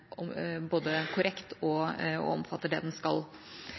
korrekt og omfatter det den skal.